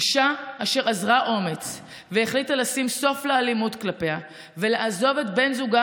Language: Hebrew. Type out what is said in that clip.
אישה אשר אזרה אומץ והחליטה לשים סוף לאלימות כלפיה ולעזוב את בן זוגה